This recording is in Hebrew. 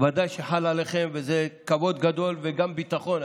ודאי שחל עליכם, וזה כבוד גדול וגם ביטחון.